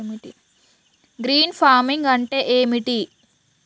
Green farming అంటే ఏమిటి?